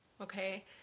okay